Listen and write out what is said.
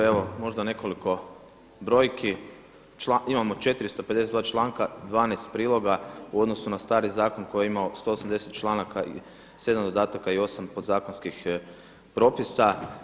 Evo možda nekoliko brojki, imamo 452. članka, 12 priloga u odnosu na stari zakon koji je imao 180 članak, 7. dodataka i 8 podzakonskih propisa.